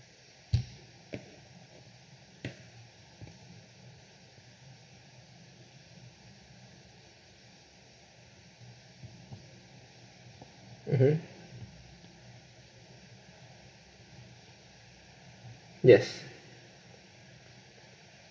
mmhmm yes